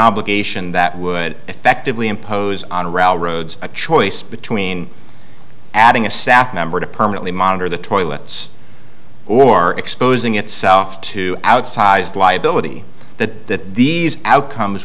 obligation that would effectively impose on railroads a choice between adding a staff member to permanently monitor the toilets or exposing itself to outsized liability that these outcomes